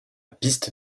piste